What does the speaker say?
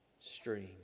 stream